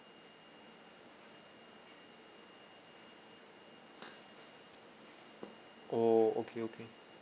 oh okay okay